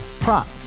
Prop